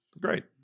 great